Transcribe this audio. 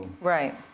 Right